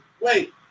Wait